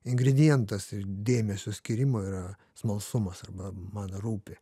ingredientas ir dėmesio skyrimo yra smalsumas arba man rūpi